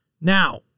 Now